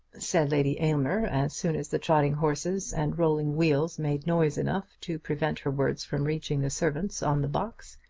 said lady aylmer, as soon as the trotting horses and rolling wheels made noise enough to prevent her words from reaching the servants on the box,